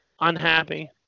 Unhappy